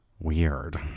weird